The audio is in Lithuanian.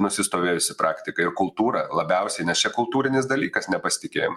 nusistovėjusi praktika ir kultūra labiausiai nes čia kultūrinis dalykas nepasitikėjim